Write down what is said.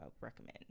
recommend